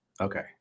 Okay